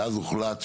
ואז הוחלט שם,